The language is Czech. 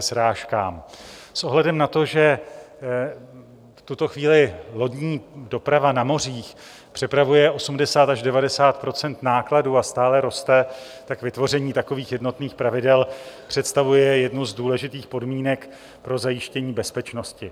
S ohledem na to, že v tuto chvíli lodní doprava na mořích přepravuje 80 až 90 % nákladů a stále roste, vytvoření takových jednotných pravidel představuje jednu z důležitých podmínek pro zajištění bezpečnosti.